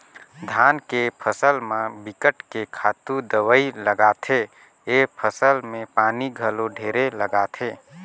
धान के फसल म बिकट के खातू दवई लागथे, ए फसल में पानी घलो ढेरे लागथे